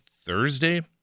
Thursday